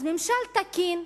אז ממשל תקין,